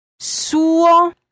Suo